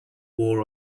war